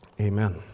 Amen